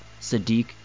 Sadiq